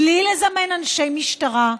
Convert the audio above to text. בלי לזמן אנשי משטרה,